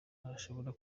ntashobora